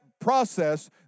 process